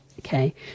Okay